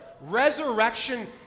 Resurrection